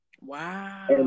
wow